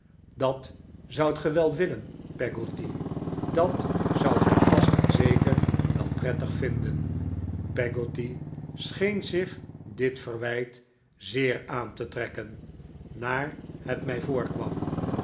dat zoudt ge wel willen peggotty dat zoudt gij vast en zeker wel prettig vinden peggotty scheen zich dit verwijt zeer aan te trekken naar het mij voorkwam